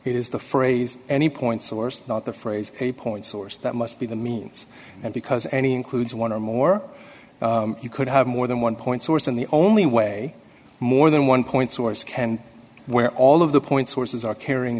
it is the phrase any point source the phrase a point source that must be the means and because any includes one or more you could have more than one point source and the only way more than one point source and where all of the point sources are carrying